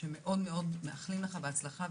מאוד מאחלים לך בהצלחה,